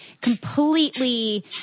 completely